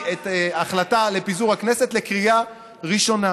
את ההחלטה על פיזור הכנסת לקריאה ראשונה.